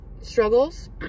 struggles